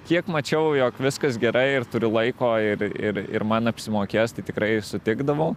kiek mačiau jog viskas gerai ir turiu laiko ir ir ir man apsimokės tai tikrai sutikdavau